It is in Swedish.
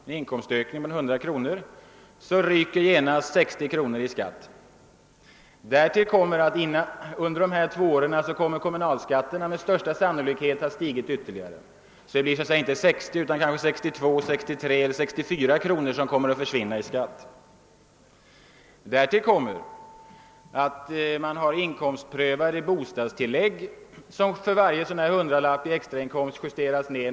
en inkomstökning på 100 kr., ryker genast 60 procent i skatt. Härtill kommer att kommunalskatten under de två åren med största sannolikhet kommer att ha stigit ytterligare. Därför blir det inte 60 utan kanske 62, 63 eller 64 kr. som försvinner 1 skatt. Vidare kommer de inkomstprövade bostadstilläggen att reduceras, och det betyder att varje extrainkomst på 100 kr.